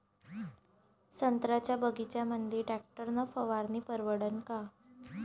संत्र्याच्या बगीच्यामंदी टॅक्टर न फवारनी परवडन का?